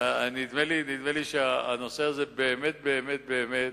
ונדמה לי שהנושא הזה באמת באמת באמת